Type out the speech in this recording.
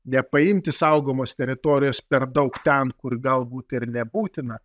nepaimti saugomos teritorijos per daug ten kur galbūt ir nebūtina